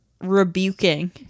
rebuking